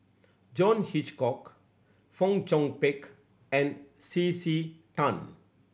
John Hitchcock Fong Chong Pik and C C Tan